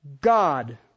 God